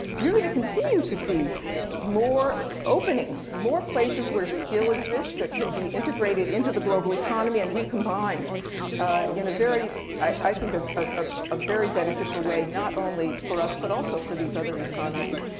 you're going to continue to see more opening, more places where skill exists that can be integrated into the global economy and recombined in, i think, a ah ah very beneficial way not only for us, but also for these other economies.